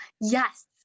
yes